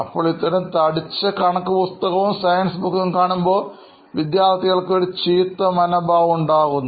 അപ്പോൾ ഇത്തരം തടിച്ച കണക്ക് പുസ്തകവും സയൻസ് പുസ്തകവും കാണുമ്പോൾ വിദ്യാർഥികൾക്ക് ഒരു ചീത്ത മനോഭാവം ഉണ്ടാക്കുന്നു